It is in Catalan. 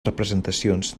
representacions